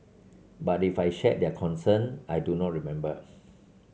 but if I shared their concern I do not remember